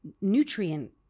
nutrient